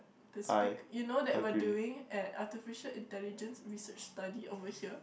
this speak you know that we are doing an artificial intelligence research study over here